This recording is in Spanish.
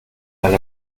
para